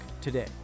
today